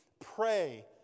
Pray